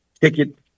ticket